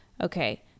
Okay